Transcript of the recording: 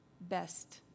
best